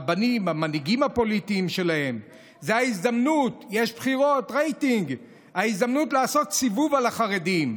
האנשים העניים, עיירות הפיתוח, פשוטי העם?